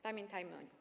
Pamiętajmy o nim.